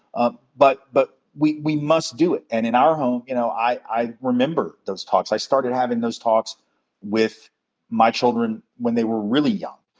ah but but we we must do it. and in our home you know i i remember those talks. i started having those talks with my children when they were really young.